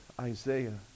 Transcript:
Isaiah